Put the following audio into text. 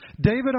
David